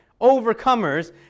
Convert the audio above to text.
overcomers